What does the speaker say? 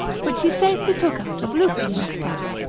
which he saith he took out of luther most part